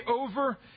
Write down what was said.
over